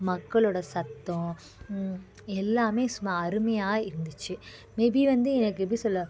மக்களோடய சத்தம் எல்லாமே சும்மாவே அருமையாக இருந்துச்சு மேபி வந்து எனக்கு எப்படி சொல்ல